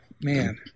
man